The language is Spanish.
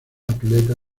atleta